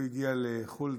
הוא הגיע לחולדה,